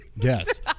Yes